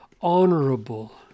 honorable